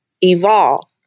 evolve